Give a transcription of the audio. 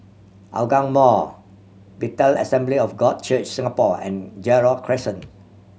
Hougang Mall Bethel Assembly of God Church Singapore and Gerald Crescent